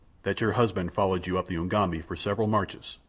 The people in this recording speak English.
that your husband followed you up the ugambi for several marches,